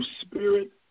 spirit